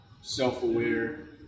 self-aware